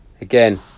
Again